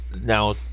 now